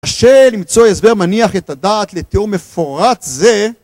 קשה למצוא הסבר מניח את הדעת לתיאור מפורט זה